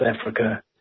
Africa